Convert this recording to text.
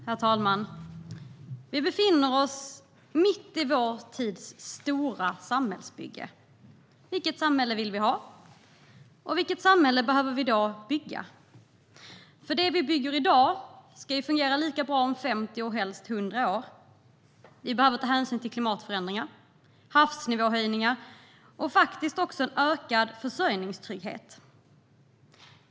Herr talman! Vi befinner oss mitt i vår tids stora samhällsbygge. Vilket samhälle vill vi ha, och vilket samhälle behöver vi då bygga? Det vi bygger i dag ska fungera lika bra om 50 och helst 100 år. Vi behöver ta hänsyn till klimatförändringar, havsnivåhöjningar och också en ökad försörjningstrygghet.